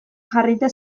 jarrita